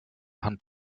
hand